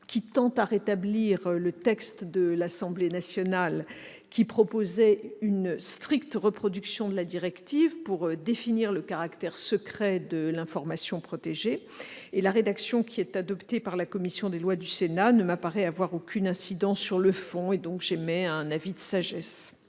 40 tend à rétablir le texte de l'Assemblée nationale, lequel prévoyait une stricte reproduction de la directive en vue de définir le caractère secret de l'information protégée. La rédaction adoptée par la commission des lois du Sénat ne me paraît avoir aucune incidence sur le fond : je m'en remets donc à la sagesse